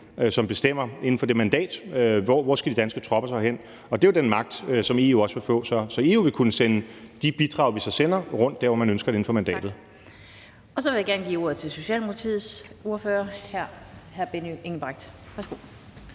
som bestemmer inden for det mandat, hvor de danske tropper så skal hen. Og det er jo den magt, som EU også vil få; så EU vil kunne sende de bidrag, vi så sender, rundt der, hvor man ønsker det, inden for mandatet. Kl. 15:59 Den fg. formand (Annette Lind): Tak. Så vil jeg gerne give ordet til Socialdemokratiets ordfører hr. Benny Engelbrecht.